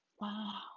Wow